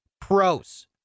pros